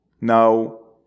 Now